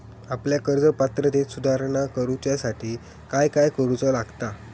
आपल्या कर्ज पात्रतेत सुधारणा करुच्यासाठी काय काय करूचा लागता?